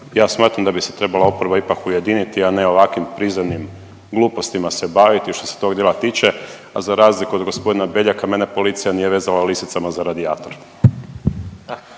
Ja smatram da bi se trebala oporba ipak ujediniti, a ne ovakvim prizemnim glupostima se baviti što se tog dijela tiče, a za razliku od gospodina Beljaka mene policija nije vezala lisicama za radijator.